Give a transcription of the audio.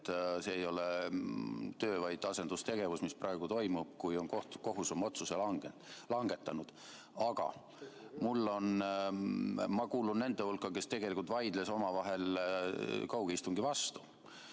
See ei ole töö, vaid asendustegevus, mis praegu toimub, kui kohus on oma otsuse langetanud. Ma kuulun nende hulka, kes tegelikult vaidlesid kaugistungi vastu.